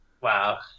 Wow